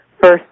first